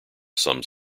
sums